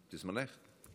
זה זמנך.